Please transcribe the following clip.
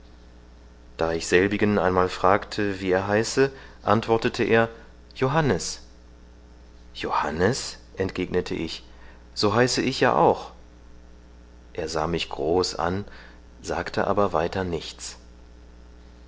da ich selbigen einmal fragte wie er heiße antwortete er johannes johannes entgegnete ich so heiße ich ja auch er sah mich groß an sagte aber weiter nichts